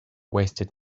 wasted